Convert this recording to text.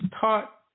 taught